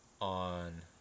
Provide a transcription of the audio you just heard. on